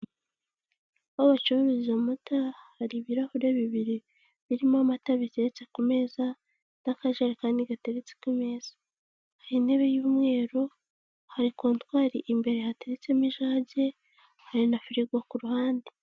Aho bacururiza amata hari ibirahure bibiri birimo amata biteretse ku meza n'akajerekani gateretse ku meza, hari intebe y'umweru, hari kontwari imbere hateretsemo ijage, hari na firigo ku ruhande.